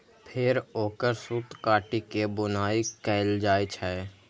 फेर ओकर सूत काटि के बुनाइ कैल जाइ छै